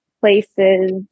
places